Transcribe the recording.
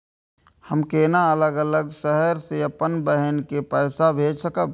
हम केना अलग शहर से अपन बहिन के पैसा भेज सकब?